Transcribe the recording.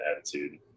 attitude